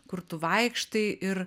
kur tu vaikštai ir